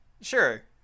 sure